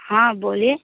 हाँ बोलिए